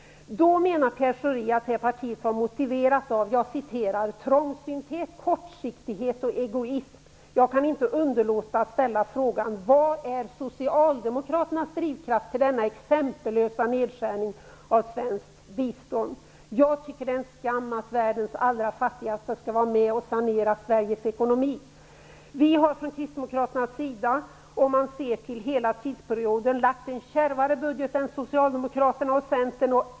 Då menade Pierre Schori att Ny demokrati var motiverat av "trångsynthet, kortsiktighet och egoism". Jag kan inte underlåta att ställa frågan: Vad är socialdemokraternas drivkraft till denna exempellösa nedskärning av svenskt bistånd? Jag tycker att det är en skam att världens allra fattigaste skall vara med och sanera Sveriges ekonomi. Om man ser till hela tidsperioden har vi från kristdemokraterna lagt fram förslag om en kärvare budget än vad socialdemokraterna och Centern har gjort.